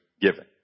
given